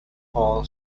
call